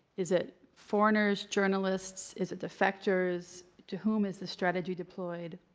is it foreigners, journalists? is it defectors? to whom is this strategy deployed?